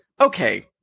okay